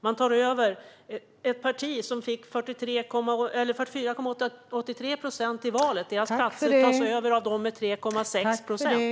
Man tar över ett parti som fick 44,83 procent i valet; deras platser tas över av dem som fick 3,6 procent.